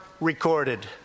recorded